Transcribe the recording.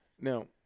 Now